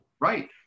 Right